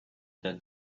that